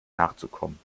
nachzukommen